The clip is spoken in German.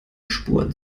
spuren